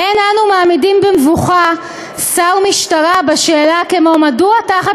"אין אנו מעמידים במבוכה שר משטרה בשאלה כמו 'מדוע תחת